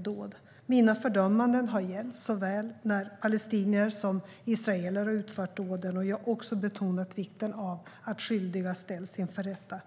dåd. Mina fördömanden har gällt dåd som utförts av såväl palestinier som israeler. Jag har också betonat vikten av att skyldiga ställs inför rätta.